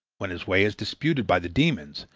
when his way is disputed by the demons,